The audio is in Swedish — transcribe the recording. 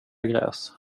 gräs